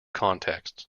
contexts